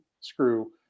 screw